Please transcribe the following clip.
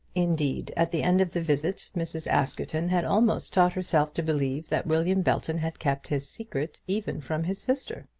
indeed, at the end of the visit, mrs. askerton had almost taught herself to believe that william belton had kept his secret, even from his sister.